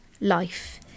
Life